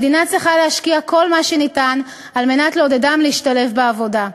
המדינה צריכה להשקיע כל מה שניתן כדי לעודדם להשתלב בעבודה.